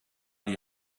die